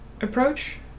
approach